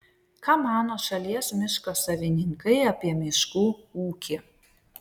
ką mano šalies miško savininkai apie miškų ūkį